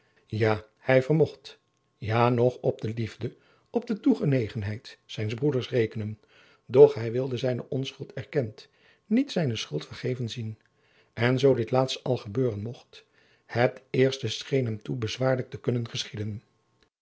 vallen hij vermocht ja nog op de liefde op de toegenegenheid zijns broeders rekenen doch hij wilde zijne onschuld erkend niet zijne schuld vergeven zien en zoo dit laatste al gebeuren mocht het eerste scheen jacob van lennep de pleegzoon hem toe bezwaarlijk te kunnen geschieden